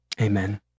Amen